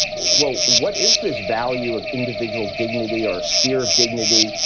well, what is this value of individual dignity or sphere of dignity?